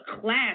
class